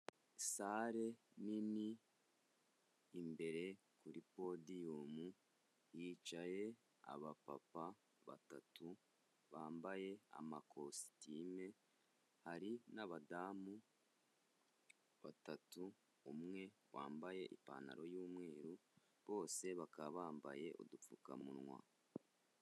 Sale nini, imbere kuri podiyumu hicaye abapapa batatu bambaye amakositimu, hari n'abadamu batatu, umwe wambaye ipantaro y'umweru, bose bakaba bambaye udupfukamunwa.